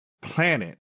planet